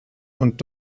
und